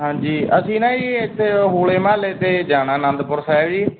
ਹਾਂਜੀ ਅਸੀਂ ਨਾ ਜੀ ਇੱਥੇ ਹੋਲੇ ਮਹੱਲੇ 'ਤੇ ਜਾਣਾ ਆਨੰਦਪੁਰ ਸਾਹਿਬ ਜੀ